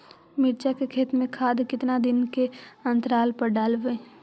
मिरचा के खेत मे खाद कितना दीन के अनतराल पर डालेबु?